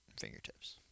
fingertips